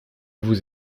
vous